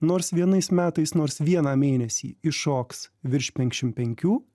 nors vienais metais nors vieną mėnesį iššoks virš penkiasdešim penkių